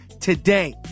today